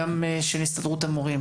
גם של הסתדרות המורים,